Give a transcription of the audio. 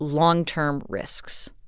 long-term risks.